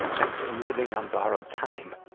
i've been living on borrowed time.